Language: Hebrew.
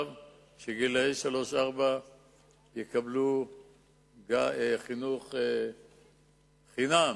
שגילאי שלוש-ארבע יקבלו חינוך חינם,